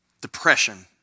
depression